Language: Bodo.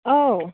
औ